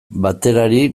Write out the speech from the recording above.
baterari